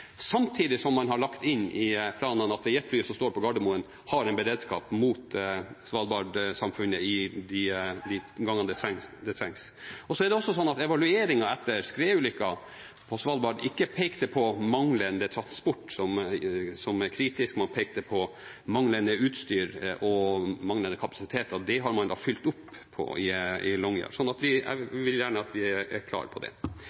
samtidig som man har lagt inn i planene at det jetflyet som står på Gardermoen, har en beredskap mot Svalbard-samfunnet de gangene det trengs. Så er det også slik at evalueringen etter skredulykken på Svalbard ikke pekte på manglende transport som kritisk. Man pekte på manglende utstyr og manglende kapasiteter, og det har man nå fått fylt opp i Longyearbyen. Jeg vil gjerne at vi er klare på det.